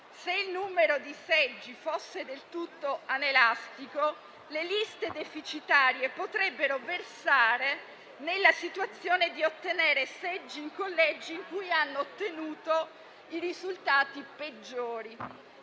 Se il numero di seggi fosse del tutto anelastico, le liste deficitarie potrebbero versare nella situazione di ottenere seggi in collegi in cui hanno ottenuto i risultati peggiori